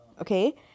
okay